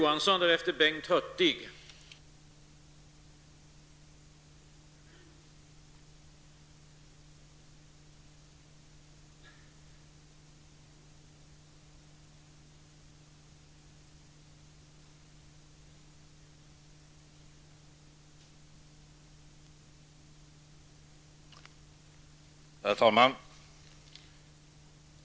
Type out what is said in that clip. Herr talman!